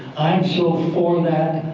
so for that,